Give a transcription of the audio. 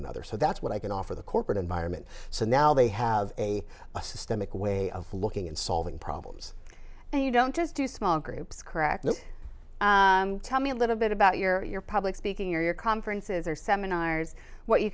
another so that's what i can offer the corporate environment so now they have a systemic way of looking and solving problems and you don't just do small groups correctly tell me a little bit about your public speaking your conferences or seminars what you